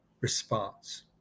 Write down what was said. response